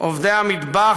עובדי המטבח,